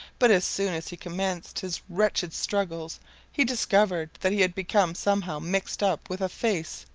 but as soon as he commenced his wretched struggles he discovered that he had become somehow mixed up with a face,